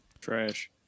trash